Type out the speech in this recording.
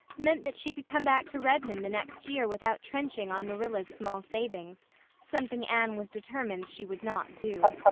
meant that she could come back to redmond the next year without trenching on marilla's small savings something anne was determined she would not do.